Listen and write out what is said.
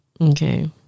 okay